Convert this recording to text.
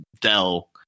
Dell